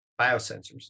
biosensors